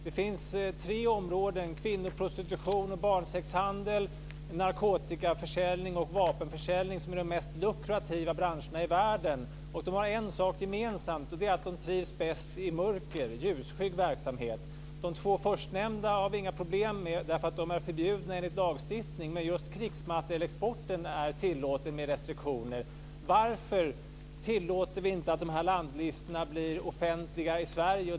Det finns tre områden - kvinnoprostitution och barnsexhandel, narkotikaförsäljning och vapenförsäljning - som är de mest lukrativa branscherna i världen. De har en sak gemensamt. Det är att de trivs bäst i mörker. Det är ljusskygg verksamhet. De två förstnämnda har vi inga problem med, eftersom de är förbjudna enligt lagstiftning. Men just krigsmaterielexporten är tillåten med restriktioner. Varför tillåter vi inte att landlistorna blir offentliga i Sverige?